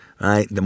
Right